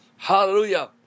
Hallelujah